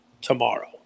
tomorrow